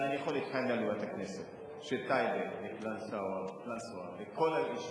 אבל אני יכול להתחייב מעל במת הכנסת שטייבה וקלנסואה וכל היישובים,